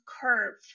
curve